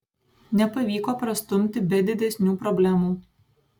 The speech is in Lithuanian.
nepavyko prastumti be didesnių problemų